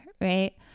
right